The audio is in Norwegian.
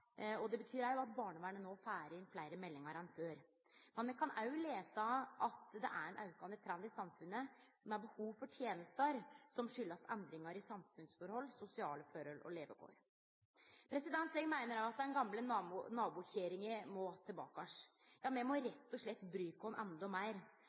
bra. Det betyr òg at barnevernet no får inn fleire meldingar enn før. Men me kan òg lese at det er ein aukande trend i samfunnet med behov for tenester, som kjem av endringar i samfunnsforhold, sosiale forhold og levekår. Eg meiner òg at den gamle nabokjerringa må tilbake. Ja, me må rett og slett bry oss endå meir.